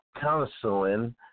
counseling